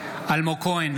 אלמוג כהן,